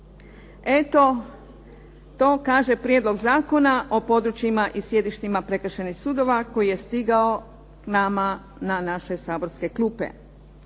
Eto to kaže Prijedlog zakona o područjima i sjedištima prekršajnih sudova koji je stigao k nama na naše saborske klupe.